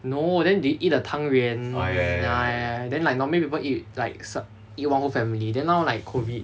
no then they eat the 汤圆 then like normally people eat like su~ one whole family then now like COVID